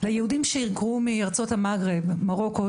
ליהודים שהיגרו מארצות המגרב מרוקו,